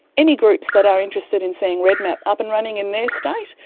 any groups that are interested in seeing redmap up and running in their state,